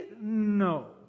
No